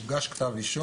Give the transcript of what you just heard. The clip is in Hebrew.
הוגש כתב אישום.